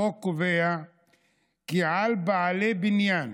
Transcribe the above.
החוק קובע כי על בעלי בניין